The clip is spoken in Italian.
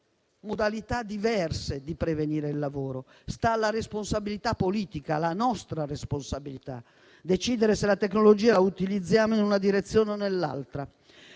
modalità diverse di prevenire gli incidenti sul lavoro. Sta alla responsabilità politica, alla nostra responsabilità, decidere se la tecnologia la utilizziamo in una direzione o nell'altra.